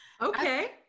okay